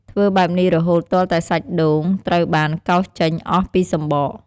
ធ្វើបែបនេះរហូតទាល់តែសាច់ដូងត្រូវបានកោសចេញអស់ពីសម្បក។